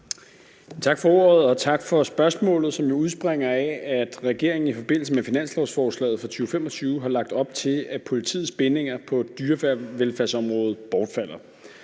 Tak for ordet, og tak for spørgsmålet, som udspringer af, at regeringen i forbindelse med finanslovsforslaget for 2025 har lagt op til, at politiets bindinger på dyrevelfærdsområdet bortfalder.